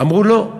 אמרו: לא,